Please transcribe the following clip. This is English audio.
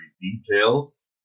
details